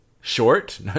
short